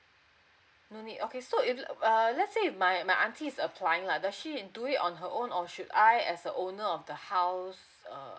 no need okay so if err let's say my my aunty is applying lah does she need to do it on her own or should I as the owner of the house uh